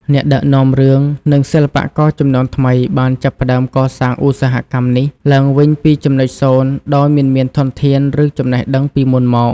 អ្នកដឹកនាំរឿង និងសិល្បករជំនាន់ថ្មីបានចាប់ផ្តើមកសាងឧស្សាហកម្មនេះឡើងវិញពីចំណុចសូន្យ ដោយមិនមានធនធាន ឬចំណេះដឹងពីមុនមក។